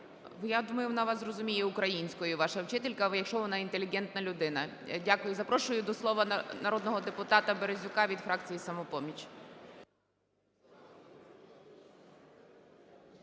Я думаю, вона вас зрозуміє і українською, ваша вчителька, якщо вона інтелігентна людина. Дякую. Запрошую до слова народного депутата Березюка від фракції "Самопоміч".